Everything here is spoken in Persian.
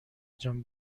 جان